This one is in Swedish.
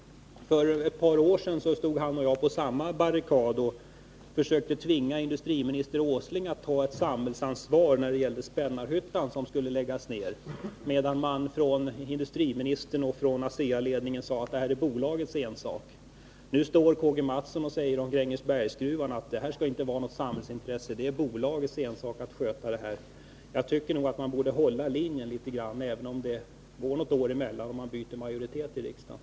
För ett par år sedan stod han och jag på samma barrikad och försökte tvinga industriminister Åsling att ta ett samhällsansvar när det gäller Spännarhyttan, som skulle läggas ned, medan man från industriministerns och ASEA:s ledning sade att detta var bolagets ensak. Nu står K.-G. Mathsson och säger om Grängesbergsgruvan att den inte skall vara något samhällsintresse utan vara bolagets ensak att sköta. Jag tycker nog att man borde hålla linjen litet grand, även om det går något år emellan och det sker ett byte av majoritet i riksdagen.